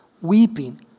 weeping